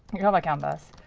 you know like canvas.